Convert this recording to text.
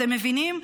אתם מבינים?